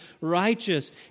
righteous